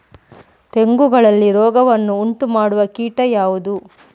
ತೆಂಗುಗಳಲ್ಲಿ ರೋಗವನ್ನು ಉಂಟುಮಾಡುವ ಕೀಟ ಯಾವುದು?